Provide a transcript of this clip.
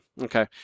Okay